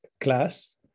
class